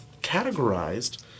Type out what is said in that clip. categorized